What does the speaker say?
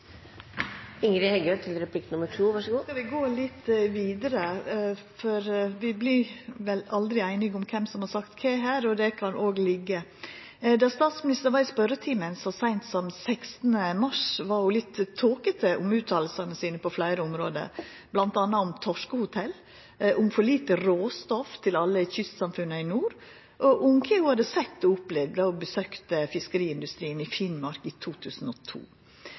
vi gå litt vidare, for vi blir vel aldri einige om kven som har sagt kva her, og det kan vi la liggja. Då statsministeren var i spørjetimen så seint som 16. mars, var ho litt tåkete om utsegnene sine på fleire område, bl.a. om torskehotell, om for lite råstoff til alle kystsamfunna i nord, og om kva ho hadde sett og opplevd då ho besøkte fiskeriindustrien i Finnmark i 2002.